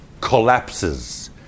collapses